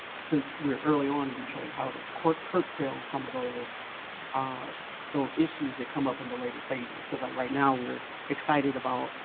since we're early on in detroit, how to curtail some of those of those issues that come up in the later phases. cause like right now we're excited about.